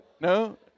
No